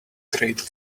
great